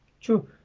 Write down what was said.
True